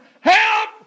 Help